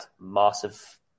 massive